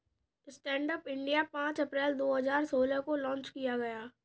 stand up India पांच अप्रैल दो हजार सोलह को लॉन्च किया गया